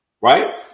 right